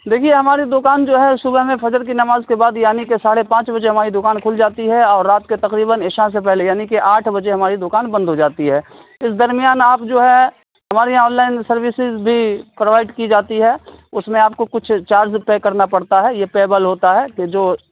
دیکھیے ہماری دکان جو ہے صبح میں فجر کی نماز کے بعد یعنی کے ساڑے پانچ بجے ہماری دکان کھل جاتی ہے اور رات کے تقریباً عشاء سے پہلے یعنی کے آٹھ بجے ہماری دکان بند ہو جاتی ہے اس درمیان آپ جو ہے ہمارے یہاں آن لائن سرویسز بھی پرووائڈ کی جاتی ہے اس میں آپ کو کچھ چارج پے کرنا پڑتا ہے یہ پیبل ہوتا ہے کہ جو